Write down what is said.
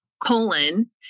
colon